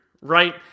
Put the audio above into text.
right